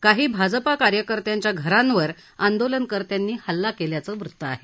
काही भाजपा कार्यकर्त्याच्या घरांवर आंदोलनकर्त्यांनी हल्ला केल्याचं वृत्त आहे